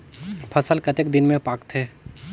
फसल कतेक दिन मे पाकथे?